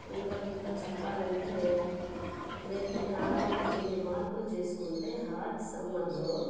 ఇంకా వీటిలో చెప్పాలంటే మీరు తినే ఆహారంలో కొన్ని మార్పులు చేసుకుంటే హాట్ సమ్మర్లో